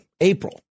April